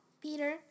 Peter